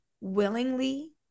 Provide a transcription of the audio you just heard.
willingly